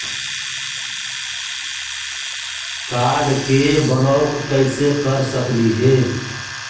Card के block कैसे कर सकली हे?